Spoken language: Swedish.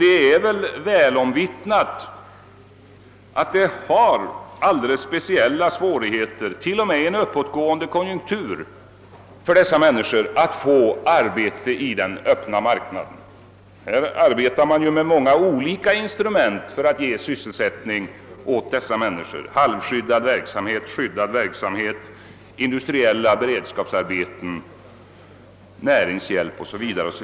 Det är ju väl omvittnat att det föreligger alldeles speciella svårigheter, t.o.m. i en uppåtgående konjunktur, för dessa människor att erhålla arbete i den öppna marknaden, och man använder därför många olika instrument för att bereda sysselsättning åt dessa människor — halvskyddad verksamhet, skyddad verksamhet, industriella beredskapsarbeten och näringshjälp o.s.v.